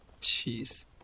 Jeez